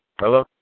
Hello